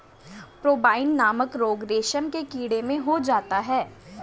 pebrine नामक रोग रेशम के कीड़ों में हो जाता है